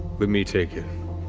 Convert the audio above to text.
but me take it.